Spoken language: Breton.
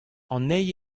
anezhi